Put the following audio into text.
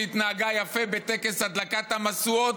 שהתנהגה יפה בטקס הדלקת המשואות,